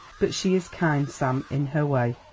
but she is kind, sam, in her way,